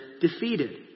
defeated